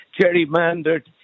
gerrymandered